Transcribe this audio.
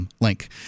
link